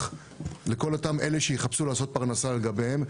לכל אותם אלה שיחפשו לעשות פרנסה על גביהם.